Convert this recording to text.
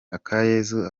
akayezu